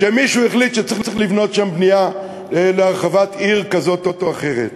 מישהו החליט שצריך לבנות שם בנייה להרחבת עיר כזאת או אחרת.